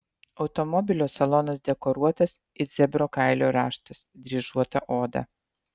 automobilio salonas dekoruotas it zebro kailio raštas dryžuota oda